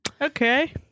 Okay